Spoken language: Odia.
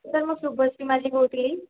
ସାର୍ ମୁଁ ଶୁଭଶ୍ରୀ ମାଝୀ କହୁଥିଲି